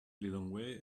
lilongwe